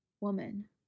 woman